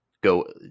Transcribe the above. go